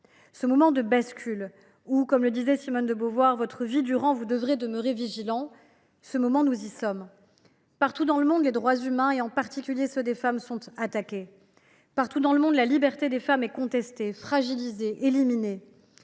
Ce moment de bascule, où, comme le disait Simone de Beauvoir, « votre vie durant vous devrez demeurer vigilante », nous y sommes. Partout dans le monde, les droits humains, en particulier ceux des femmes, sont attaqués. Partout dans le monde, la liberté des femmes est contestée, fragilisée, éliminée.